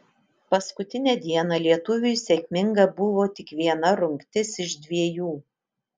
paskutinę dieną lietuviui sėkminga buvo tik viena rungtis iš dvejų